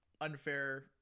unfair